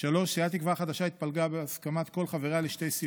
סיעת תקווה חדשה התפלגה בהסכמת כל חבריה לשתי סיעות: